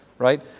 Right